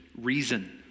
reason